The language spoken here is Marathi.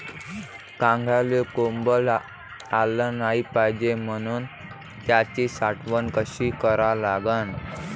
कांद्याले कोंब आलं नाई पायजे म्हनून त्याची साठवन कशी करा लागन?